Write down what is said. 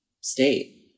state